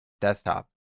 desktop